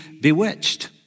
bewitched